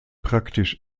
praktisch